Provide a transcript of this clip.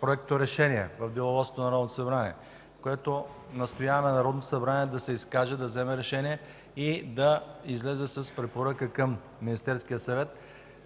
проекторешение в Деловодството на Народното събрание, с което настояваме Народното събрание да се изкаже, да вземе решение и да излезе с препоръка към Министерския съвет